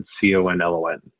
C-O-N-L-O-N